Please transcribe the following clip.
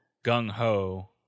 gung-ho